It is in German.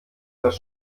das